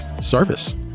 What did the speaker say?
service